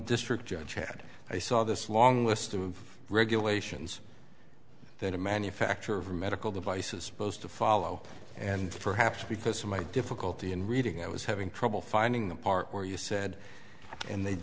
district judge had i saw this long list of regulations that a manufacturer of medical devices supposed to follow and perhaps because of my difficulty in reading i was having trouble finding the part where you said and they